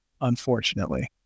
unfortunately